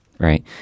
Right